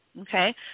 okay